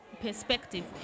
perspective